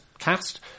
cast